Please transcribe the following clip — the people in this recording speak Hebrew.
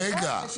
רגע.